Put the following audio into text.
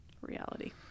reality